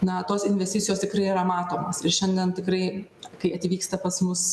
na tos investicijos tikrai yra matomos ir šiandien tikrai kai atvyksta pas mus